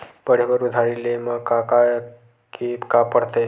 पढ़े बर उधारी ले मा का का के का पढ़ते?